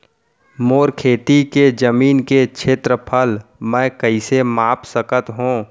मोर खेती के जमीन के क्षेत्रफल मैं कइसे माप सकत हो?